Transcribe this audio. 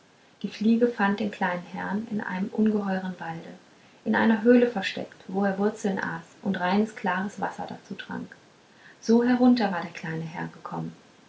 die fliege fand den kleinen herrn in einem ungeheuren walde in einer höhle versteckt wo er wurzeln aß und reines klares wasser dazu trank so her unter war der kleine herr gekommen